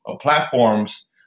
platforms